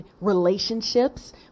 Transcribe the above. relationships